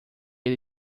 ele